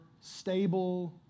stable